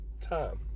time